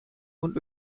und